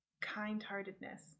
kind-heartedness